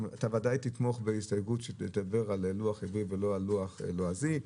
אתה ודאי תתמוך בהסתייגות שתדבר על לוח עברי ולא על לוח לועזי.